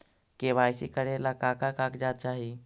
KYC करे ला का का कागजात चाही?